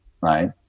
right